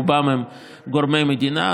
רובם גורמי מדינה.